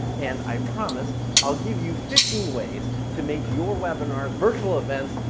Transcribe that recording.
and i promise i'll give you fifteen ways to make your webinars, virtual events,